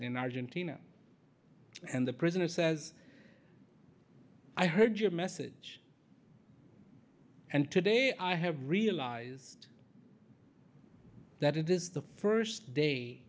in argentina and the president says i heard your message and today i have realized that it is the first day